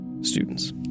students